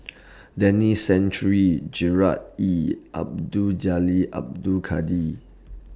Denis Santry Gerard Ee Abdul Jalil Abdul Kadir